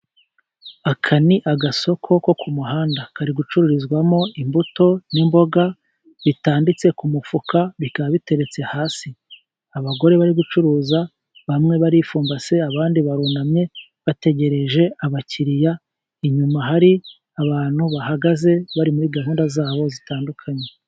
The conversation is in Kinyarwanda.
Aka ni agasoko ko ku muhanda, kari gucururizwamo:imbuto n'imboga, bitanditse ku mufuka bikaba biteretse hasi, abagore bari gucuruza, bamwe barifumbase, abandi barunamye bategereje abakiriya, inyuma hari abantu bahagaze bari muri gahunda zabo zitandukanye.